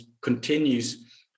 continues